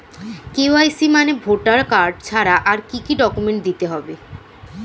KYC মানে voter card ছাড়া আর কি কি ডকুমেন্ট দিতে হবে?